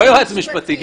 לא יועץ משפטי.